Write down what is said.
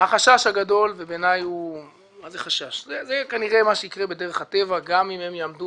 החשש הגדול ובעיניי זה כנראה מה שייקרה בדרך הטבע גם אם הם יעמדו